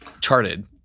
charted